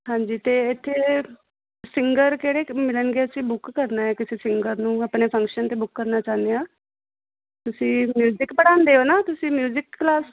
ਹਾਂਜੀ ਅਤੇ ਇੱਥੇ ਸਿੰਗਰ ਕਿਹੜੇ ਮਿਲਣਗੇ ਅਸੀਂ ਬੁੱਕ ਕਰਨਾ ਕਿਸੇ ਸਿੰਗਰ ਨੂੰ ਆਪਣੇ ਫੰਕਸ਼ਨ 'ਤੇ ਬੁੱਕ ਕਰਨਾ ਚਾਹੁੰਦੇ ਹਾਂ ਤੁਸੀਂ ਮਿਊਜਿਕ ਪੜ੍ਹਾਉਂਦੇ ਹੋ ਨਾ ਤੁਸੀਂ ਮਿਊਜਿਕ ਕਲਾਸ